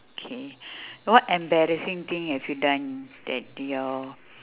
okay what embarrassing thing have you done that did your